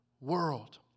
world